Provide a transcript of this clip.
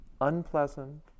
unpleasant